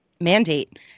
mandate